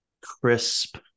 crisp